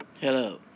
Hello